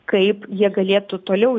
kaip jie galėtų toliau